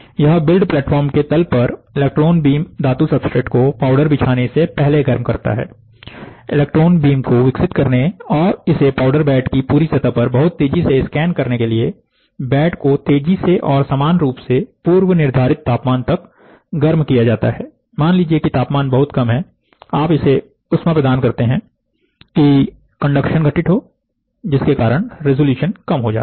यह build platform के तल पर इलेक्ट्रॉन बीम धातु सब्सट्रेट को पाउडर बिछाने से पहले गर्म करता है इलेक्ट्रॉन बीम को विकसित करने और इसे पाउडर बेड की पूरी सतह पर बहुत तेजी से स्कैन करने के लिए बेड को तेजी से और समान रूप से पूर्व निर्धारित तापमान तक गर्म किया जाता है मान लीजिए की तापमान बहुत कम है आप इसे ऊष्मा प्रदान करते हैकि कंडक्शन घटित हो जिसके कारण रेजोल्यूशन कम हो जाता है